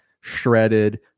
shredded